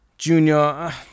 Junior